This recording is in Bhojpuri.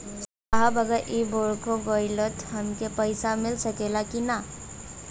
साहब अगर इ बोडखो गईलतऽ हमके पैसा मिल सकेला की ना?